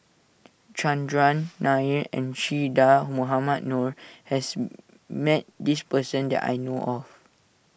Chandran Nair and Che Dah Mohamed Noor has met this person that I know of